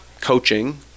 coaching